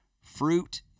fruit